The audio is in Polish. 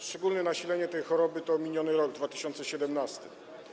Szczególne nasilenie tej choroby to miniony rok 2017.